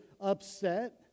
upset